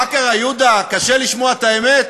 מה קרה, יהודה, קשה לשמוע את האמת?